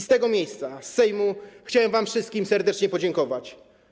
Z tego miejsca, z Sejmu, chciałbym wam wszystkim serdecznie podziękować.